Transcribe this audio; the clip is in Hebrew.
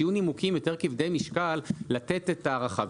שיהיו נימוקים יותר כבדי משקל לתת את ההארכה,